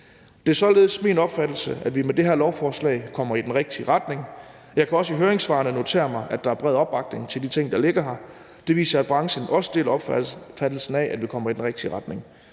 Det er således min opfattelse, at vi med det her lovforslag kommer i den rigtige retning. Jeg har også noteret mig, at der i høringssvarene er bred opbakning til de ting, der ligger her. Det viser, at branchen også deler opfattelsen af, at vi kommer i den rigtige retning.